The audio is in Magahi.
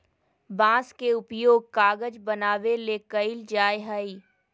बांस के उपयोग कागज बनावे ले कइल जाय हइ